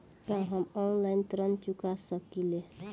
का हम ऑनलाइन ऋण चुका सके ली?